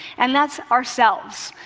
and that's ourselves.